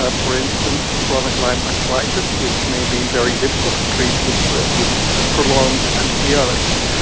ah for instance chronic lyme arthritis which may be very difficult to treat with with prolonged antibiotics.